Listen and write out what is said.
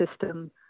system